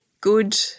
good